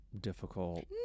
difficult